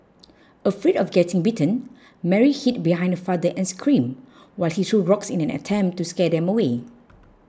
afraid of getting bitten Mary hid behind father and screamed while he threw rocks in an attempt to scare them away